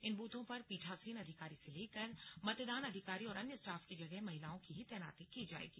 इन ब्रथों पर पीठासीन अधिकारी से लेकर मतदान अधिकारी और अन्य स्टाफ की जगह महिलाओं की ही तैनाती की जाएगी